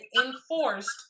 enforced